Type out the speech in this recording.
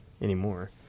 anymore